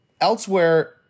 Elsewhere